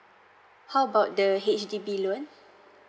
how about the H_D_B loan